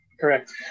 correct